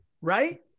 right